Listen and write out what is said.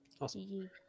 Awesome